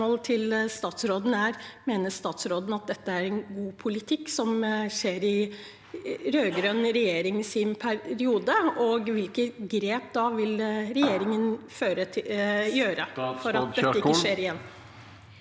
spørsmål til statsråden er: Mener statsråden at dette er god politikk, som skjer i den rød-grønne regjeringens periode, og hvilke grep vil regjeringen ta for at dette ikke skjer igjen?